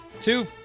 Two